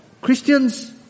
Christians